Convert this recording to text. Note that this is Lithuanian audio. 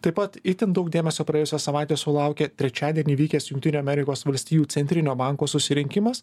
taip pat itin daug dėmesio praėjusią savaitę sulaukė trečiadienį įvykęs jungtinių amerikos valstijų centrinio banko susirinkimas